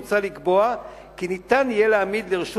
מוצע לקבוע כי ניתן יהיה להעמיד לרשות